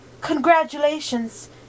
Congratulations